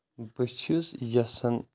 بہٕ چھُس یژھان